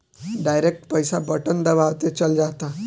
direct पईसा button दबावते चल जाता